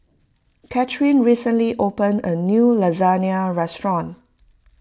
Katherine recently opened a new Lasagna restaurant